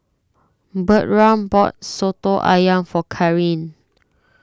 Bertram bought Soto Ayam for Karyn